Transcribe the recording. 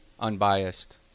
Unbiased